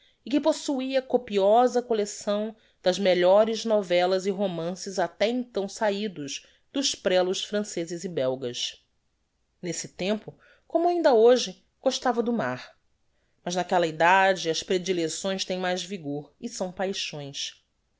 e que possuia copiosa collecção das melhores novellas e romances até então sahidos dos prelos francezes e belgas nesse tempo como ainda hoje gostava do mar mas naquella idade as predilecções têm mais vigor e são paixões